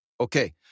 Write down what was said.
Okay